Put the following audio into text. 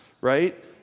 right